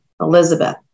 Elizabeth